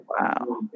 Wow